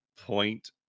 point